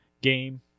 game